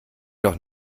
doch